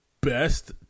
best